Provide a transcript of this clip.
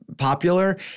popular